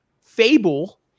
fable